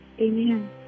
Amen